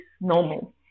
normal